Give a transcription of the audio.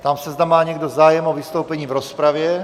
Ptám se, zda má někdo zájem o vystoupení v rozpravě?